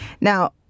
Now